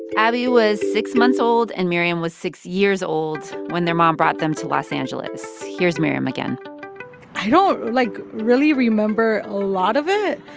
abby was six months old and miriam was six years old when their mom brought them to los angeles. here's miriam, again i don't, like, really remember a lot of it.